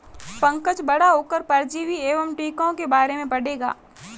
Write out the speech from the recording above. पंकज बड़ा होकर परजीवी एवं टीकों के बारे में पढ़ेगा